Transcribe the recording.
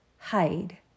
Hide